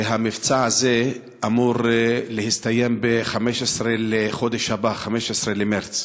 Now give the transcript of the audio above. והמבצע הזה אמור להסתיים ב-15 בחודש הבא, 15 במרס.